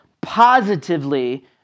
positively